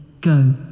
Go